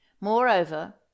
Moreover